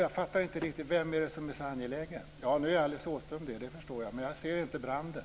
Jag förstår inte riktigt vem det är som är så angelägen. Alice Åström är det, det förstår jag. Men jag ser inte branden.